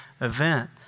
event